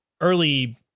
early